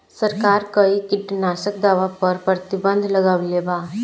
सरकार कई किटनास्क दवा पर प्रतिबन्ध लगवले बा